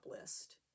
list